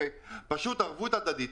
פשוט ערבות הדדית.